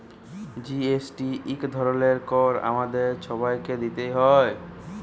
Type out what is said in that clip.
GST ইক ধরলের কর আমাদের ছবাইকে দিইতে হ্যয়